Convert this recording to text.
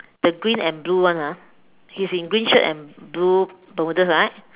the green and blue one ah he is in green shirt and blue bermudas right